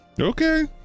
Okay